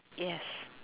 yes